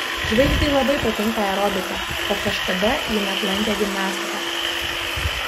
žvaigždei labai patinka aerobika o kažkada ji net lankė gimnastiką